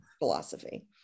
philosophy